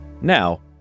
Now